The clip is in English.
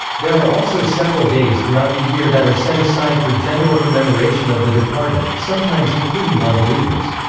there are also several days throughout the year that are set aside for general commemoration of the departed, sometimes including nonbelievers.